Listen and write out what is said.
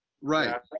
Right